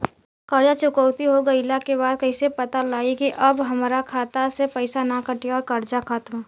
कर्जा चुकौती हो गइला के बाद कइसे पता लागी की अब हमरा खाता से पईसा ना कटी और कर्जा खत्म?